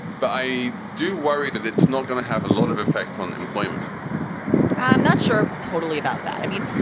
but i do worry that it's not going to have a lot of effects on employment i'm not sure totally about that. i mean,